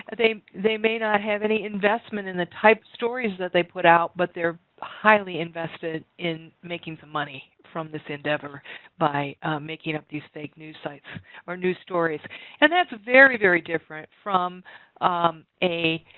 and they they may not have any investment in the type stories that they put out but they're highly invested in making some money from this endeavor by making up these fake news sites or news stories and that's a very very different from a